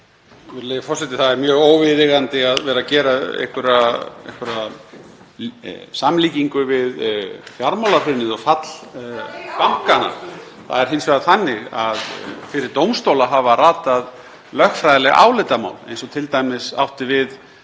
Það er mjög óviðeigandi að vera að gera einhverja samlíkingu við fjármálahrunið og fall bankanna. (Gripið fram í.) Það er hins vegar þannig að fyrir dómstóla hafa ratað lögfræðileg álitamál, eins og t.d. átti við